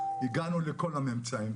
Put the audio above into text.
הגענו לכל הממצאים,